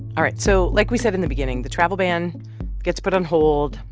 all right. so, like we said in the beginning, the travel ban gets put on hold.